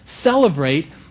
celebrate